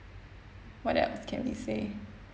what else can we say